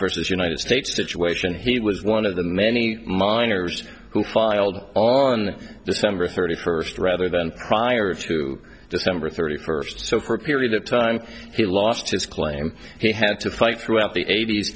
as united states situation he was one of the many miners who filed on december thirty first rather than prior to december thirty first so for a period of time he lost his claim he had to fight throughout the eight